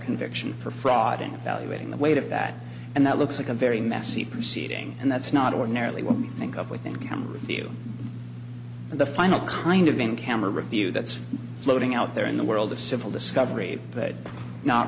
conviction for fraud in evaluating the weight of that and that looks like a very messy proceeding and that's not ordinarily would be think of within camera view and the final kind of in camera view that's floating out there in the world of civil discovery but not